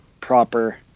proper